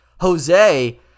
jose